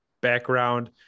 background